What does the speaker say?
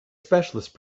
specialist